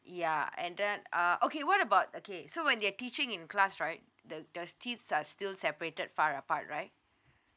ya and then uh okay what about okay so when they're teaching in class right the does tees are still separated far apart right